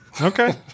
Okay